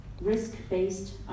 risk-based